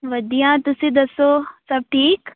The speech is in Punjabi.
ਵਧੀਆ ਤੁਸੀਂ ਦੱਸੋ ਸਭ ਠੀਕ